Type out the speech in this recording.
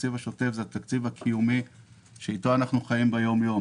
התקציב השוטף הוא התקציב הקיומי שאתו אנחנו חיים ביום-יום,